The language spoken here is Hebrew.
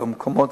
במקומות,